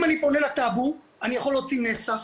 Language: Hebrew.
אם אני פונה לטאבו אני יכול להוציא נסח,